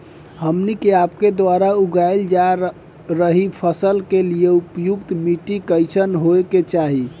हमन के आपके द्वारा उगाई जा रही फसल के लिए उपयुक्त माटी कईसन होय के चाहीं?